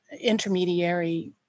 intermediary